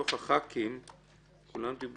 שמתוך חברי הכנסת כולם דיברו,